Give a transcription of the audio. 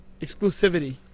Exclusivity